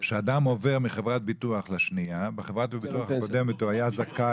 כשאדם עובר מחברת פנסיה לשנייה, הוא היה זכאי